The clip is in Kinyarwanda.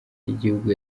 y’igihugu